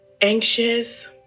anxious